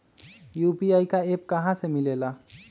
UPI का app कहा से मिलेला?